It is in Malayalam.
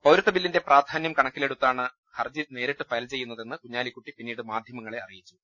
പൌരത്വ ബില്ലിന്റെ പ്രാധാന്യം കണക്കിലെടുത്താണ് ഹർജി നേരിട്ട് ഫയൽ ചെയ്യുന്നതെന്ന് കുഞ്ഞാലിക്കുട്ടി പിന്നീട് മാധ്യമ ങ്ങളെ അറിയിച്ചു